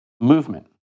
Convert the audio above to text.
Movement